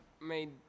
made